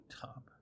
top